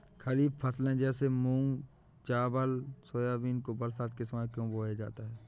खरीफ फसले जैसे मूंग चावल सोयाबीन को बरसात के समय में क्यो बोया जाता है?